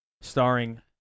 starring